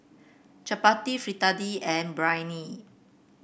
Chapati Fritada and Biryani